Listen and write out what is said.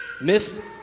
Myth